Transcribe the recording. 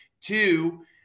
two